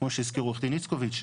כמו שהזכיר עו"ד איצקוביץ,